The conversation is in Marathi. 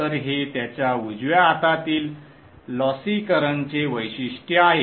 तर हे त्याच्या उजव्या हातातील लॉसी करंटचे वैशिष्ट्य आहे